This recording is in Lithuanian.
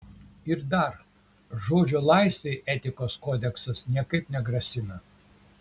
ir dar žodžio laisvei etikos kodeksas niekaip negrasina